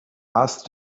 asked